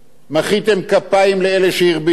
מחאתם כפיים לאלה שהרביצו לנו.